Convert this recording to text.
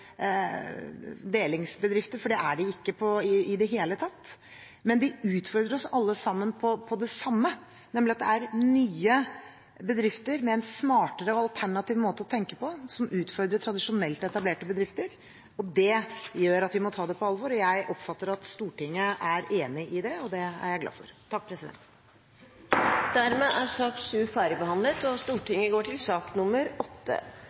delingsbedrifter, for det er de ikke i det hele tatt, men de utfordrer oss alle sammen på det samme, nemlig at det er nye bedrifter med en smartere og alternativ måte å tenke på, som utfordrer tradisjonelt etablerte bedrifter. Det gjør at vi må ta det på alvor, og jeg oppfatter at Stortinget er enig i det, og det er jeg glad for. Dermed er sak nr. 7 ferdigbehandlet.